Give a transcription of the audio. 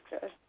good